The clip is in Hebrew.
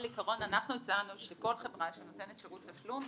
אנחנו הצענו שכל חברה שנותנת שרות תשלום,